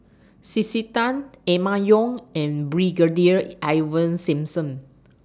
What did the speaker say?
C C Tan Emma Yong and Brigadier Ivan Simson